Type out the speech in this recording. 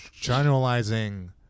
generalizing